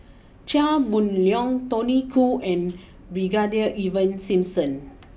Chia Boon Leong Tony Khoo and Brigadier Ivan Simson